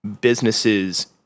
businesses